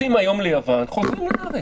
יואב, טסים היום ליוון, חוזרים לארץ.